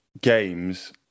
games